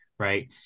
Right